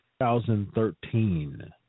2013